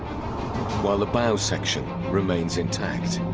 while the bio section remains intact